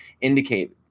indicate